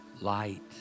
Light